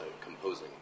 composing